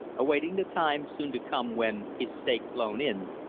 awaiting the time soon to come when, his stake blown-in,